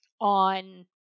on